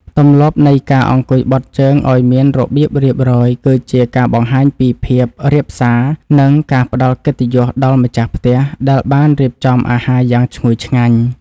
ទម្លាប់នៃការអង្គុយបត់ជើងឱ្យមានរបៀបរៀបរយគឺជាការបង្ហាញពីភាពរាបសារ និង ការផ្តល់កិត្តិយសដល់ម្ចាស់ផ្ទះដែលបានរៀបចំអាហារយ៉ាងឈ្ងុយឆ្ងាញ់។